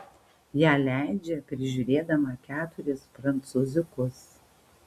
ją leidžia prižiūrėdama keturis prancūziukus